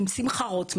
עם שמחה רוטמן.